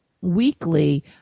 weekly